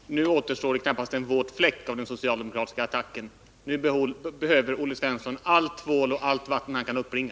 Herr talman! Nu återstår det knappast en våt fläck av den socialdemokratiska attacken. Nu behöver Olle Svensson all tvål och allt vatten han kan uppbringa.